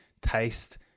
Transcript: taste